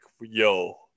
yo